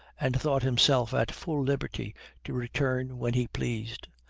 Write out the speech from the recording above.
and thought himself at full liberty to return when he pleased.